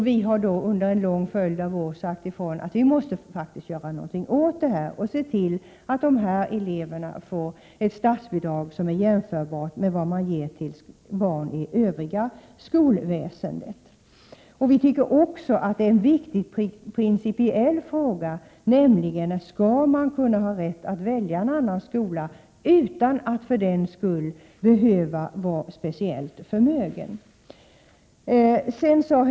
Vi har under en lång följd av år sagt ifrån att det faktiskt måste göras någonting på detta område, så att elever i fristående skolor får ett statsbidrag som är jämförbart med dem som ges till barn i det övriga skolväsendet. Vi tycker också att frågan om man skall ha rätt att välja en fristående skola utan att för den skull behöva vara speciellt förmögen är principiellt viktig.